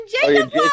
Jacob